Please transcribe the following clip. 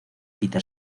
peter